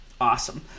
Awesome